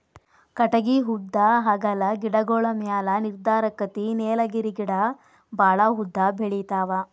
ಕಟಗಿ ಉದ್ದಾ ಅಗಲಾ ಗಿಡಗೋಳ ಮ್ಯಾಲ ನಿರ್ಧಾರಕ್ಕತಿ ನೇಲಗಿರಿ ಗಿಡಾ ಬಾಳ ಉದ್ದ ಬೆಳಿತಾವ